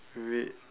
red